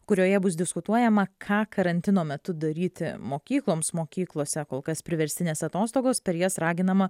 kurioje bus diskutuojama ką karantino metu daryti mokykloms mokyklose kol kas priverstinės atostogos per jas raginama